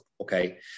okay